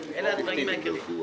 אלה הדברים העיקריים.